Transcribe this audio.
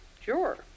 Sure